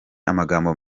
amagambo